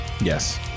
Yes